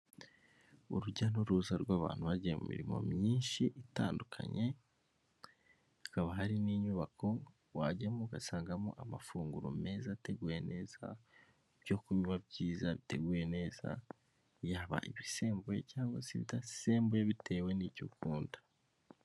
Urujya n'uruza rw'abantu bagiye mu mirimo myishi itandukanye, Hakaba harimo inyubako wajyamo ugasangamo amafunguro meza ateguye neza. Ibyo kunywa byiza biteguye neza yaba ibisembuye cyangwa se ibidasembuye bitewe n'ibyo ukunda.